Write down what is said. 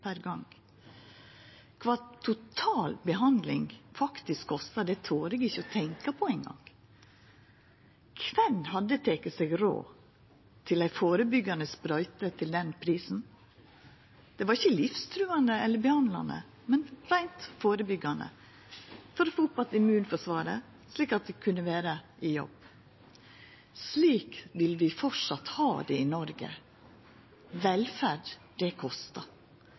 per gong. Kva total behandling faktisk kosta, torer eg ikkje å tenkja på eingong. Kven hadde teke seg råd til ei førebyggjande sprøyte til den prisen? Det var ikkje livstruande eller behandlande, men reint førebyggjande, for å få opp att immunforsvaret slik at eg kunne vera i jobb. Slik vil vi fortsatt ha det i Noreg. Velferd kostar.